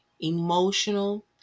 emotional